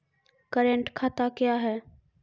Current खाता क्या हैं?